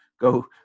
go